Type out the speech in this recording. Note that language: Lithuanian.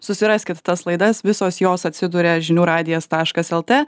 susiraskit tas laidas visos jos atsiduria žinių radijas taškas lt